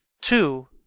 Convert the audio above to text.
two